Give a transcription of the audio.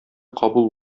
кабул